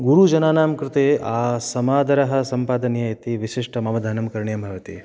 गुरुजनानां कृते समादरः सम्पादनीयः इति विशिष्टम् अवधानं करणीयं भवति